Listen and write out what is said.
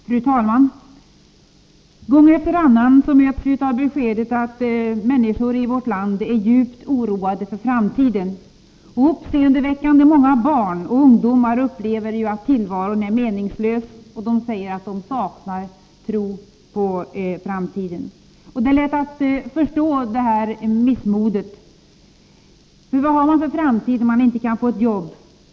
Fru talman! Gång efter annan möts vi av beskedet att människor i vårt land är djupt oroade för framtiden. Uppseendeväckande många barn och ungdomar upplever att tillvaron är meningslös. De säger att de saknar tro på framtiden. Det är lätt att förstå det här missmodet. För vad har man för framtid när man inte kan få ett jobb?